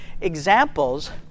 examples